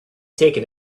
taken